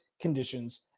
conditions